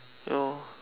ya lor